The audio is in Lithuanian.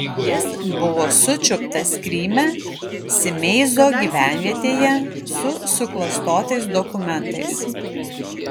jis buvo sučiuptas kryme simeizo gyvenvietėje su suklastotais dokumentais